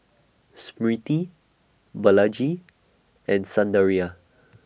Smriti Balaji and Sundaraiah